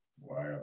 Wow